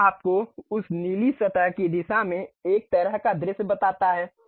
यह आपको उस नीली सतह की दिशा में एक तरह का दृश्य बताता है